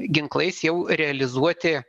ginklais jau realizuoti